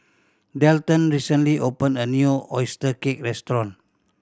Dalton recently opened a new oyster cake restaurant